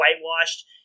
whitewashed